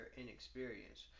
inexperience